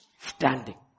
Standing